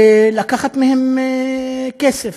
ולוקחים מהם כסף.